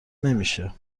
نمیشه